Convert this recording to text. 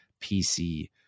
PC